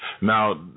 now